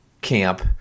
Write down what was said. camp